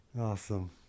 Awesome